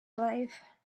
life